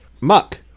Muck